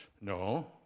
no